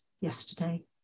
yesterday